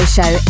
Show